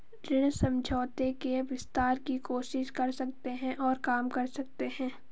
ऋण समझौते के विस्तार की कोशिश कर सकते हैं और काम कर सकते हैं